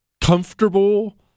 comfortable